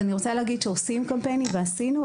אני רוצה להגיד שעושים קמפיינים ועשינו,